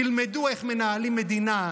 תלמדו איך מנהלים מדינה,